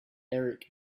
eric